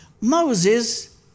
Moses